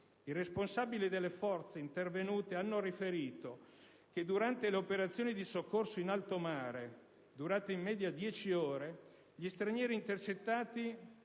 I responsabili delle forze intervenute hanno riferito che durante le operazioni di soccorso in alto mare, durate in media 10 ore, gli stranieri intercettati